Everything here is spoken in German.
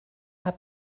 hat